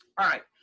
all right.